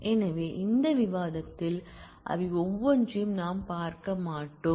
எனவே இந்த விவாதத்தில் அவை ஒவ்வொன்றையும் நாம் பார்க்க மாட்டோம்